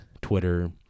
Twitter